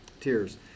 tears